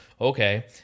Okay